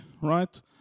right